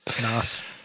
Nice